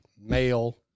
male